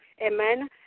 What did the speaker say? Amen